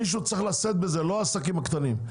מישהו צריך לשאת בזה, לא העסקים הקטנים.